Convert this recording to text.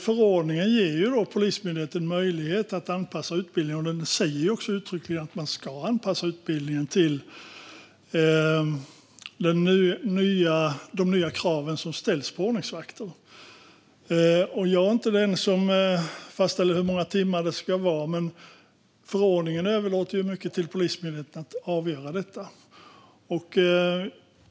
Förordningen ger Polismyndigheten möjlighet att anpassa utbildningen, och den säger också uttryckligen att utbildningen ska anpassas till de nya krav som ställs på ordningsvakter. Det är inte jag som fastställer hur många timmar det ska vara, utan förordningen överlåter till Polismyndigheten att avgöra det.